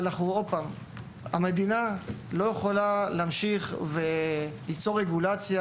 אבל המדינה לא יכולה להמשיך וליצור רגולציה